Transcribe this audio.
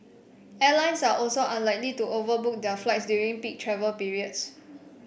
airlines are also unlikely to overbook their flights during peak travel periods